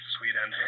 Sweden